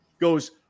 goes